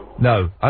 No